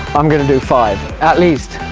i'm going to do five at least!